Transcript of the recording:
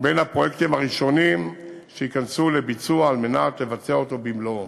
בין הפרויקטים הראשונים שייכנסו לביצוע על מנת לבצע אותו במלואו.